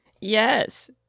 Yes